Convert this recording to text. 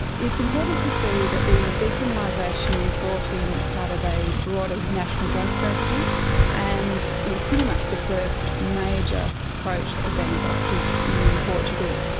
it's important to see that the decriminalisation was brought in as part of a broader national drug strategy and it was pretty much the first major approach that had been adopted in portugal.